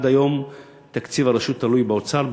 עד היום תקציב הרשות תלוי באוצר,